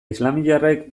islamiarrek